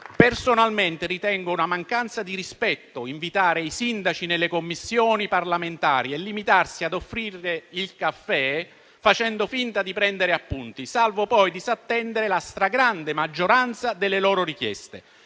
Personalmente, ritengo una mancanza di rispetto invitare i sindaci nelle Commissioni parlamentari e limitarsi a offrire loro il caffè, facendo finta di prendere appunti, salvo poi disattendere la stragrande maggioranza delle loro richieste.